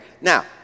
Now